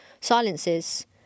silences